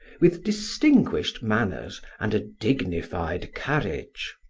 with distinguished manners and a dignified carriage.